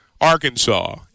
Arkansas